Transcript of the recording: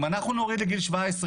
אם אנחנו נוריד לגיל 17,